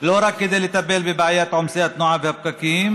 לא רק כדי לטפל בבעיית עומסי התנועה והפקקים